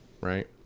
Right